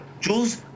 Jules